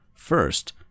First